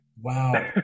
Wow